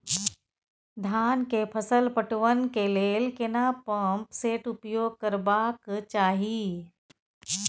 धान के फसल पटवन के लेल केना पंप सेट उपयोग करबाक चाही?